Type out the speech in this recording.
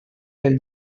del